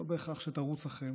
לא בהכרח שתרוץ אחריהם.